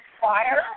fire